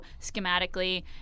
schematically